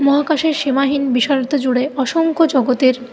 মহাকাশের সীমাহীন বিশালত্ব জুড়ে অসংখ্য জগতের